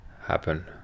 happen